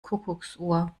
kuckucksuhr